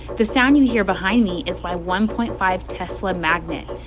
the sound you hear behind me is my one point five tesla magnet.